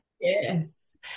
Yes